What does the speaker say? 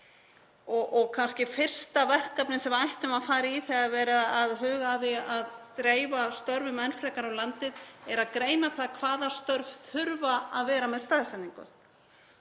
Kannski er fyrsta verkefnið sem við ættum að fara í þegar verið er að huga að því að dreifa störfum enn frekar um landið að greina það hvaða störf þurfa að vera með staðsetningu.